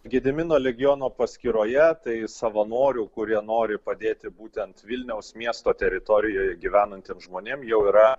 gedimino legiono paskyroje tai savanorių kurie nori padėti būtent vilniaus miesto teritorijoje gyvenantiems žmonėm jau yra